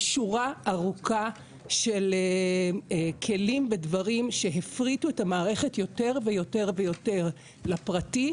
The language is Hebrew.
בשורה ארוכה של כלים ודברים שהפריטו את המערכת יותר ויותר ויותר לפרטי,